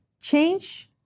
change